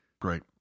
great